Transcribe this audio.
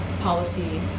policy